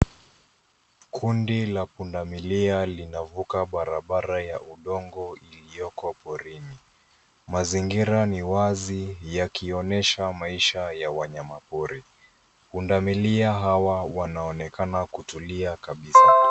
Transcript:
Kundi la pundamilia linavuka barabara ya udongo iliyoko porini. Mazingira ni wazi yakionyesha maisha ya wanyamapori. Pundamilia hawa wanaonekana kutulia kabisa.